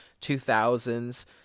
2000s